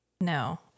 No